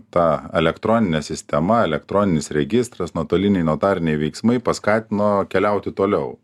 ta elektroninė sistema elektroninis registras nuotoliniai notariniai veiksmai paskatino keliauti toliau